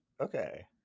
Okay